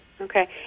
Okay